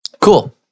Cool